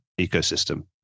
ecosystem